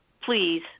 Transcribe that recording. please